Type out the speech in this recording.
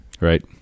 Right